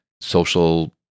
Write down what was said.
social